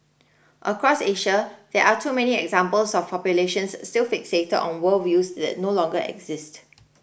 across Asia there are too many examples of populations still fixated on worldviews that no longer exist